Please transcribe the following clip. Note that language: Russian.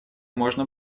можно